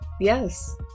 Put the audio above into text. Yes